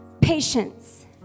patience